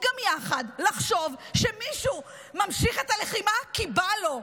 גם יחד לחשוב שמישהו ממשיך את הלחימה כי בא לו.